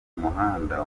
muhanda